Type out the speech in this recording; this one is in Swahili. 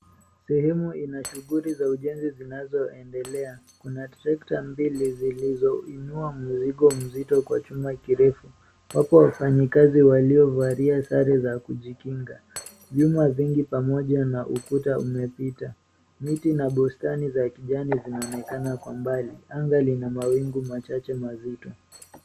Sehemu ina shughuli za ujenzi zinazoendelea. Kuna trakta mbili zilizoinua mzigo mzito kwa chuma kirefu. Wapo wafanyikazi waliovalia sare za kujikinga. Vyuma vingi na ukuta umepita. Miti na bustani za kijani inaonekana kwa mbali. Anga ina mawingu machache mazito.